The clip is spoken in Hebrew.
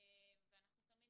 אנחנו תמיד